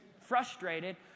frustrated